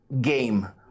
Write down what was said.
game